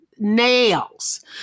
nails